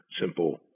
simple